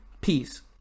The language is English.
peace